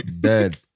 Dead